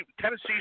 Tennessee